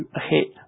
ahead